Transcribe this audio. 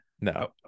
No